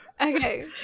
okay